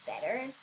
better